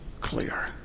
clear